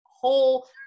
whole